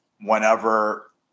whenever